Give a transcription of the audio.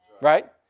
Right